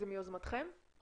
זה מיוזמתכם?